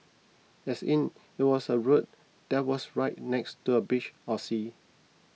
as in it was a road that was right next to a beach or sea